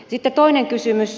sitten toinen kysymys